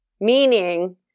Meaning